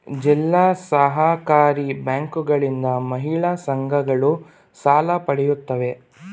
ಜಿಲ್ಲಾ ಸಹಕಾರಿ ಬ್ಯಾಂಕುಗಳಿಂದ ಮಹಿಳಾ ಸಂಘಗಳು ಸಾಲ ಪಡೆಯುತ್ತವೆ